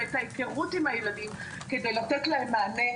ואת ההיכרות עם הילדים כדי לתת להם מענה.